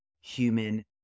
human